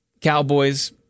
Cowboys